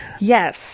Yes